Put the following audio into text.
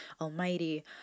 almighty